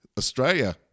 Australia